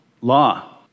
law